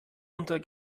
unter